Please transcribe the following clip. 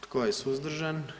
Tko je suzdržan?